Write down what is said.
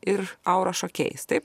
ir auros šokėjais taip